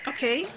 Okay